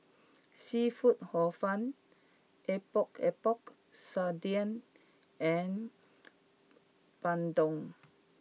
Seafood Hor Fun Epok Epok Sardin and Bandung